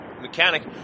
mechanic